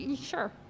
sure